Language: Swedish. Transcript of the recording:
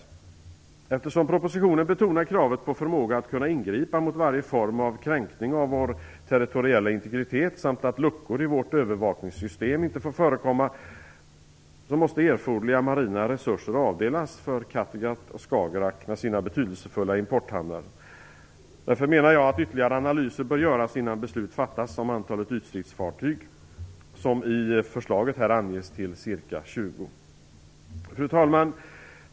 Eftersom regeringen i propositionen betonar kravet på förmåga att ingripa mot varje form av kränkning av vår territoriella integritet samt på att luckor i vårt övervakningssystem inte får förekomma måste erforderliga marina resurser avdelas för Kattegatt och Skagerrak med sina betydelsefulla importhamnar. Därför menar jag att ytterligare analyser bör göras innan beslut fattas om antalet ytstridsfartyg som i förslaget anges till ca 20. Fru talman!